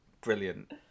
brilliant